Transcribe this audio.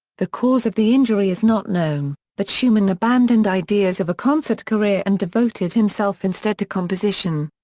the cause of the injury is not known, but schumann abandoned ideas of a concert career and devoted himself instead to composition.